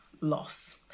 loss